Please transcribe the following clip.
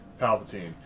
Palpatine